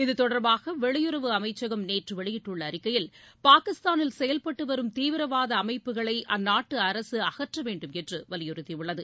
இத்தொடர்பாக வெளியுறவு அமைச்சகம் நேற்று வெளியிட்டுள்ள அறிக்கையில் பாகிஸ்தானில் செயல்பட்டு வரும் தீவிரவாத அமைப்புகளை அந்நாட்டு அரசு அகற்றவேண்டும் என்று வலியுறத்தி உள்ளது